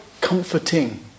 comforting